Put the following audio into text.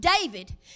David